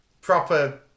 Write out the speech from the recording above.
proper